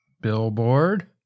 Billboard